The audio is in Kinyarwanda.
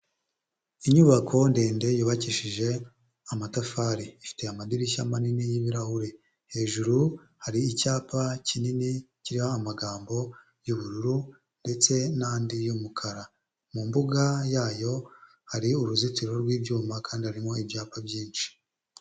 Inyubako ndende yubakishije amatafari ifite amadirishya manini y'ibirahure, hejuru hari icyapa kinini kiriho amagambo y'ubururu ndetse n'andi y'umukara. Mu mbuga yayo hari uruzitiro rw'ibyuma kandi harimo ibyapa byinshi.